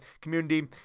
community